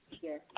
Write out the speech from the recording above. Yes